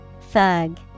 Thug